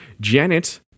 Janet